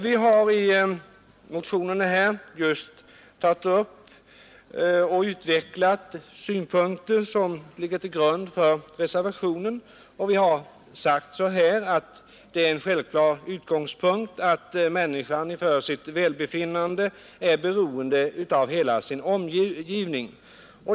Vi har i motionerna just tagit upp och utvecklat synpunkter som ligger till grund för reservationerna och sagt att det är en självklar utgångspunkt att människan för sitt välbefinnande är beroende av hela sin omgivning.